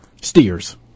Steers